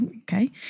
okay